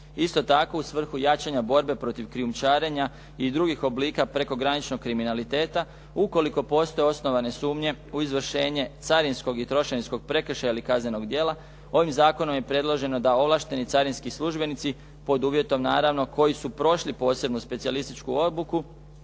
Isto tako, u svrhu jačanja borbe protiv krijumčarenja i drugih oblika prekograničnog kriminaliteta, ukoliko postoje osnovane sumnje u izvršenje carinskog i trošarinskog prekršaja ili kaznenog djela, ovim zakonom je predloženo da ovlašteni carinski službenici, pod uvjetom naravno koji su prošli posebnu specijalističku obuku,